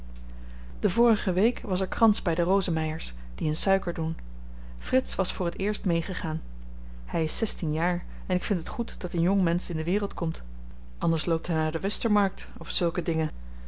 de vorige week was er krans by de rosemeyers die in suiker doen frits was voor het eerst meegegaan hy is zestien jaar en ik vind het goed dat een jong mensch in de wereld komt anders loopt hy naar de westermarkt of zulke dingen